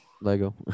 Lego